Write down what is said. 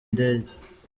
indege